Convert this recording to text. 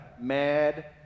mad